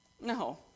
No